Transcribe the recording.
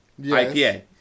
IPA